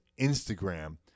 Instagram